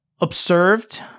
observed